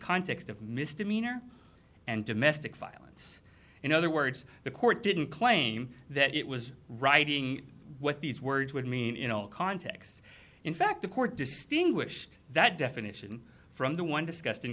context of misdemeanor and domestic violence in other words the court didn't claim that it was writing what these words would mean in all contexts in fact the court distinguished that definition from the one discus